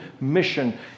mission